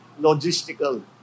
logistical